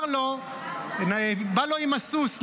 הוא בא לו עם הסוס,